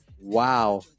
Wow